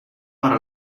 para